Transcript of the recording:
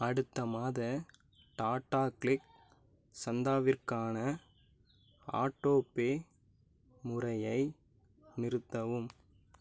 அடுத்த மாத டாடாக்ளிக் சந்தாவிற்கான ஆட்டோ பே முறையை நிறுத்தவும்